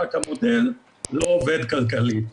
רק המודל לא עובד כלכלית.